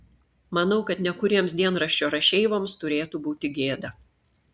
manau kad nekuriems dienraščio rašeivoms turėtų būti gėda